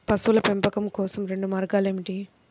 పశువుల పెంపకం కోసం రెండు మార్గాలు ఏమిటీ?